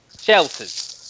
Shelters